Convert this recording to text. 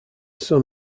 son